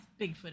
Bigfoot